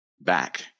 back